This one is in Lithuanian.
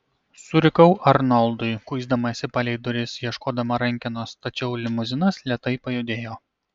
surikau arnoldui kuisdamasi palei duris ieškodama rankenos tačiau limuzinas lėtai pajudėjo